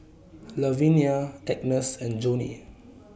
Lavinia Agnes and Johney